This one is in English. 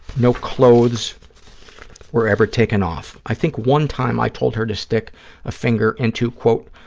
no clothes were ever taken off. i think one time i told her to stick a finger into, quote,